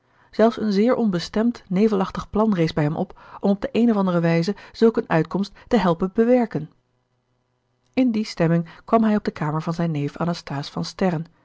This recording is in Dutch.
zelfs een zeer onbestemd nevelachtig plan rees bij hem op om op de eene of andere wijze zulk eene uitkomst te helpen bewerken in die stemming kwam hij op de kamer van zijn neef anasthase van sterren